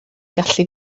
gallu